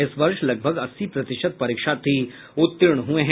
इस वर्ष लगभग अस्सी प्रतिशत परीक्षार्थी उत्तीर्ण हुये हैं